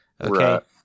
Okay